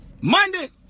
Monday